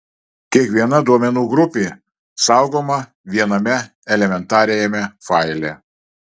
kiekviena duomenų grupė saugoma viename elementariajame faile